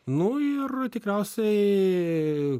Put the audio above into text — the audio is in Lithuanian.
nu ir tikriausiai